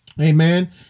amen